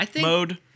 mode